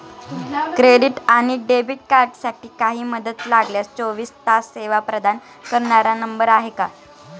Credit आणि debit कार्डसाठी काही मदत लागल्यास चोवीस तास सेवा प्रदान करणारा नंबर आहे का?